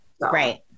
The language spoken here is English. right